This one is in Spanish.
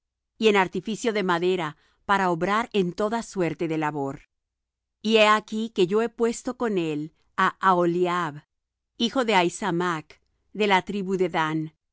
y en artificio de madera para obrar en toda suerte de labor y he aquí que yo he puesto con él á aholiab hijo de ahisamac de la tribu de dan